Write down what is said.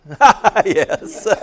yes